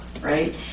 right